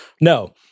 no